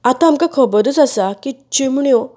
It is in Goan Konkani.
आता आमकां खबरूच आसा की चिमण्यो